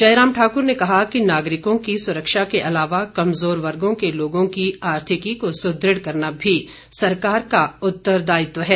जयराम ठाकुर ने कहा कि नागरिकों की सुरक्षा के अलावा कमजोर वर्गो के लोगों की आर्थिकी को सुदृढ़ करना भी सरकार का उत्तरदायित्व है